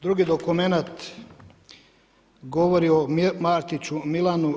Drugi dokumenat govori o Martiću Milanu.